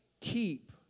keep